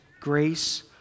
grace